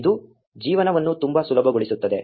ಇದು ಜೀವನವನ್ನು ತುಂಬಾ ಸುಲಭಗೊಳಿಸುತ್ತದೆ